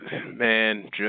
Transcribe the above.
Man